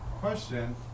question